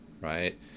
right